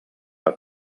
que